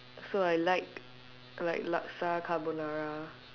so I like like Laska carbonara